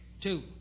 two